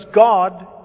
God